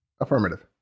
Affirmative